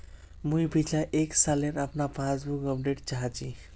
मुई पिछला एक सालेर अपना पासबुक अपडेट चाहची?